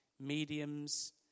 mediums